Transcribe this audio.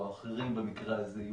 או אחרים במקרה הזה,